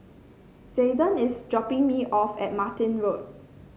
Zaiden is dropping me off at Martin Road